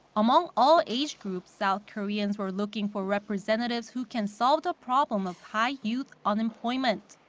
among all age groups, south koreans were looking for representatives who can solve the problem of high youth unemployment.